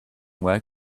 work